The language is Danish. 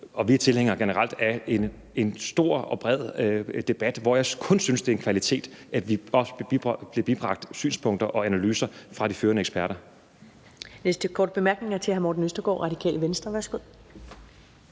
generelt tilhængere af en stor og bred debat, hvor jeg kun synes det er en kvalitet, at vi bliver bibragt synspunkter og analyser fra de førende eksperter.